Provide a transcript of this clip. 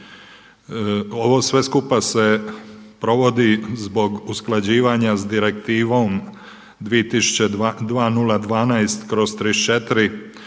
Ovo sve skupa se provodi zbog usklađivanja Direktivom 2012/34